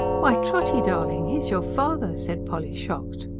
why, trotty darling, he's your father! said polly, shocked.